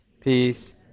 peace